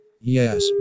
Yes